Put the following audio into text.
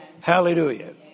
Hallelujah